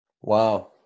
wow